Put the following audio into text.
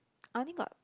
I only got